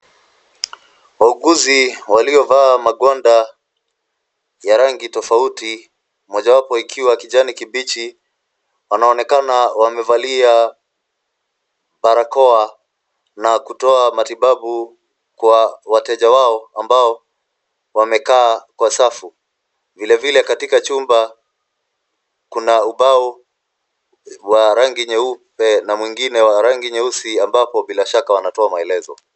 Wauguzi waliovaa magwanda ya rangi tofauti mojawapo ikiwa kijani kibichi wanaonekana wamevalia barakoa na kutoa matibabu kwa wateja wao ambao wamekaa kwa safu. Vile vile katika chumba kuna ubao wa rangi nyeupe na mwingine wa rangi nyeusi ambapo bila shaka wanatoa maelezo.